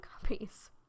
copies